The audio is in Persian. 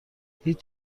هیچ